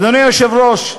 אדוני היושב-ראש,